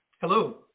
Hello